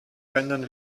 rendern